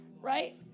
Right